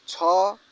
ଛଅ